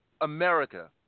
America